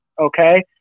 Okay